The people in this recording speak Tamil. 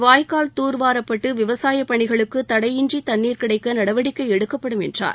வாய்க்கால் தூர்வாரப்பட்டு விவசாயப் பணிகளுக்கு தடையின்றி தண்ணீர் கிடைக்க நடவடிக்கை எடுக்கப்படும் என்றார்